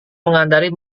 mengendarai